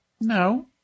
No